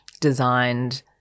designed